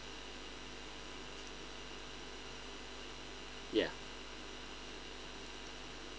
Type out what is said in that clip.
ya